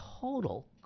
total